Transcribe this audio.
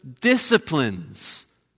disciplines